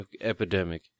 epidemic